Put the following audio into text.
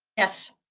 yes.